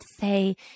say